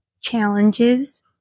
challenges